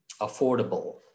affordable